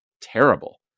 terrible